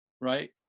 right